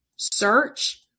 search